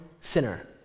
sinner